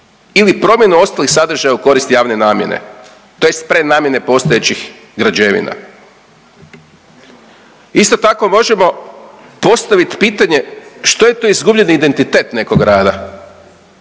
ili promjenu ostalih sadržaja u korist javne namjene, tj. prenamjene postojećih građevina. Isto tako možemo postaviti pitanje što je to izgubljeni identitet nekog grada?